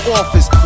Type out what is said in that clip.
office